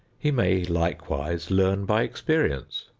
he may likewise learn by experience,